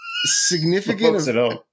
Significant